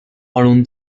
allons